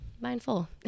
mindful